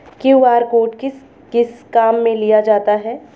QR code किस किस काम में लिया जाता है?